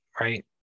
right